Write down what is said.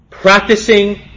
Practicing